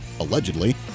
allegedly